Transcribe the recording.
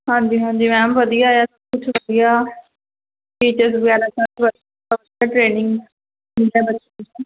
ਹਾਂਜੀ ਹਾਂਜੀ ਮੈਮ ਵਧੀਆ ਆ ਵਧੀਆ ਟੀਚਰ ਵਗੈਰਾ ਟ੍ਰੇਨਿੰਗ ਦਿੰਦੇ ਬੱਚਿਆਂ ਨੂੰ